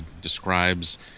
describes